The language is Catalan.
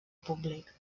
públic